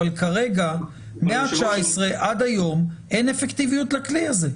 אבל כרגע מה-19 עד היום אין אפקטיביות לכלי הזה.